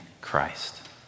Christ